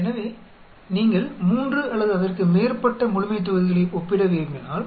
எனவே நீங்கள் 3 அல்லது அதற்கு மேற்பட்ட முழுமைத்தொகுதிகளை ஒப்பிட விரும்பினால்